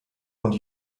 und